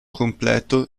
completo